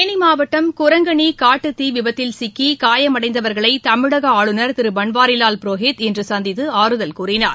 தேனி மாவட்டம் குரங்கணி காட்டுத்தீ விபத்தில் சிக்கி காயமடைந்தவர்களை தமிழக ஆளுநர் திரு பன்வாரிலால் புரோஹித் இன்று சந்தித்து ஆறுதல் கூறினார்